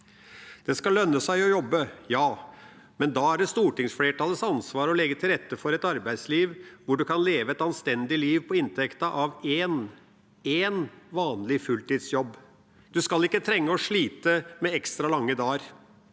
Det skal lønne seg å jobbe, ja. Men da er det stortingsflertallets ansvar å legge til rette for et arbeidsliv hvor en kan leve et anstendig liv på inntekten av én – én – vanlig fulltidsjobb. Du skal ikke trenge å slite med ekstra lange dager.